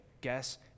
guess